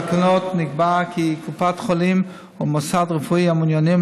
נקבע כי קופת חולים או מוסד רפואי המעוניינים